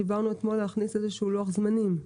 דיברנו אתמול על להכניס איזשהו לוח זמנים,